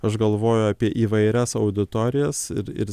aš galvoju apie įvairias auditorijas ir ir